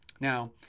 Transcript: now